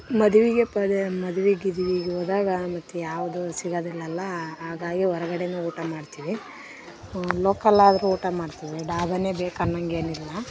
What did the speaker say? ಮದುವಿಗೆ ಪದೇ ಮದುವೆ ಗಿದ್ವಿಗೆ ಹೋದಾಗ ಮತ್ತು ಯಾವುದು ಸಿಗೋದಿಲಲ್ಲಾ ಹಾಗಾಗಿ ಹೊರಗಡೆ ಊಟ ಮಾಡ್ತೀವಿ ಲೋಕಲಾದ್ರು ಊಟ ಮಾಡ್ತೀವಿ ಡಾಬಾನೇ ಬೇಕು ಅನ್ನೊಂಗೇನಿಲ್ಲ